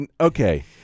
Okay